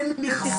אין מכסות לייבוא.